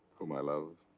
whom i love?